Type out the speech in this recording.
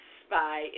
spy